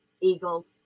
Eagles